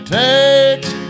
takes